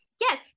yes